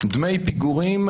דמי פיגורים,